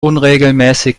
unregelmäßig